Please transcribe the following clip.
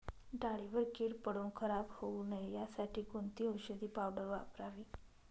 डाळीवर कीड पडून खराब होऊ नये यासाठी कोणती औषधी पावडर वापरावी?